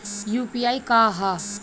UPI का ह?